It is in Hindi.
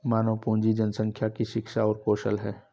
मानव पूंजी जनसंख्या की शिक्षा और कौशल है